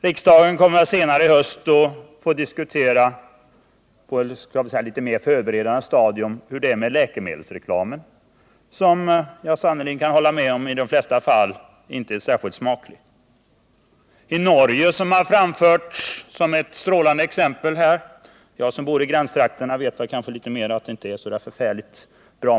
Riksdagen kommer senare i höst att på ett mera förberedande stadium få diskutera läkemedelsreklamen, som — det kan jag sannerligen hålla med om —i de flesta fall inte är särskilt smaklig. Norge har anförts som ett strålande exempel. Jag som bor i gränstrakterna vet att framgången inte är så förfärligt stor.